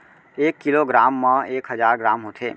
एक kilogram मा एक हजार ग्राम होथे